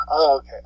Okay